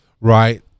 right